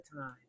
time